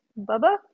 Bubba